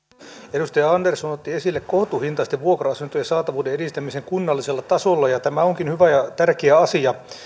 edustaja andersson otti esille kohtuuhintaisten vuokra asuntojen saatavuuden edistämisen kunnallisella tasolla ja tämä onkin hyvä ja tärkeä asia